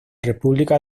república